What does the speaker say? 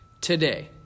today